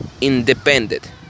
independent